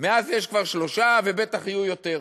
מאז יש כבר שלושה, ובטח יהיו יותר.